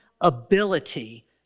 ability